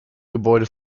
gebäude